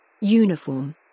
Uniform